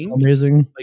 amazing